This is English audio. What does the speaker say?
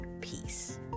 peace